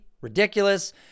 Ridiculous